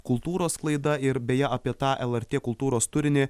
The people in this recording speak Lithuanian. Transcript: kultūros sklaida ir beje apie tą lrt kultūros turinį